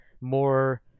more